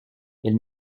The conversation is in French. elle